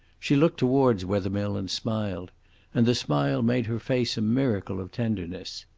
she looked towards wethermill and smiled and the smile made her face a miracle of tenderness.